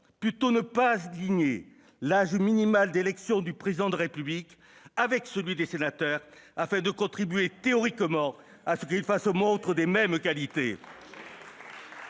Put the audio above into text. plutôt aligner l'âge minimal d'élection du Président de la République sur celui des sénateurs, afin de contribuer théoriquement à ce qu'il fasse montre des mêmes qualités